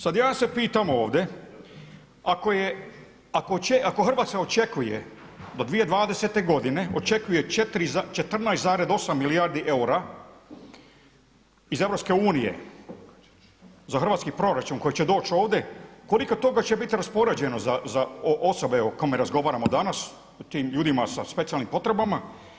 Sada ja se pitam ovdje ako Hrvatska očekuje do 2020. godine očekuje 14,8 milijardi eura iz EU za hrvatski proračun koji će doći ovdje, koliko toga će biti raspoređeno za osobe o kojima razgovaramo danas, o tim ljudima sa specijalnim potrebama?